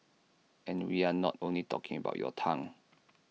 and we are not only talking about your tongue